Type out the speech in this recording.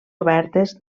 obertes